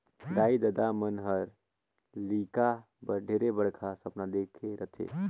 दाई ददा मन हर लेइका बर ढेरे बड़खा सपना देखे रथें